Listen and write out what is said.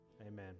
Amen